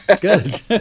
good